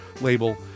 label